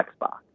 Xbox